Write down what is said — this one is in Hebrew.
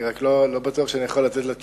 ואני רק לא בטוח שאני יכול לתת לה תשובה.